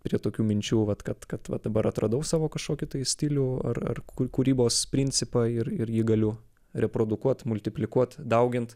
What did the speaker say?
prie tokių minčių vat kad kad va dabar atradau savo kažkokį tai stilių ar ar kū kūrybos principą ir ir jį galiu reprodukuot multiplikuot daugint